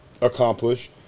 accomplish